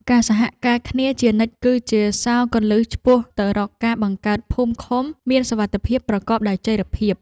ការសហការគ្នាជានិច្ចគឺជាសោរគន្លឹះឆ្ពោះទៅរកការបង្កើតភូមិឃុំមានសុវត្ថិភាពប្រកបដោយចីរភាព។